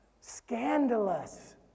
scandalous